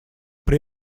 при